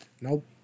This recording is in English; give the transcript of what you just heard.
Nope